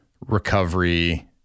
recovery